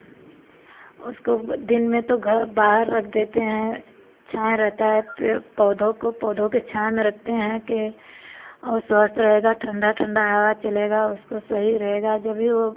उसको दिन में तो घ बाहर रख देते हैं छाएँ रहता है पे पौधों को पौधों के छाए में रखते हैं कि वह स्वस्थ रहेगा ठंडा ठंडा हवा चलेगा उसको सही रहेगा जभी वह